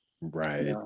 Right